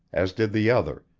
as did the other,